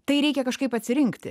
tai reikia kažkaip atsirinkti